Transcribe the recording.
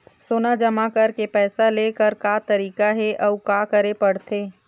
सोना जमा करके पैसा लेकर का तरीका हे अउ का करे पड़थे?